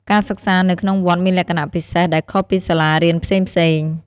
ការសិក្សានៅក្នុងវត្តមានលក្ខណៈពិសេសដែលខុសពីសាលារៀនផ្សេងៗ។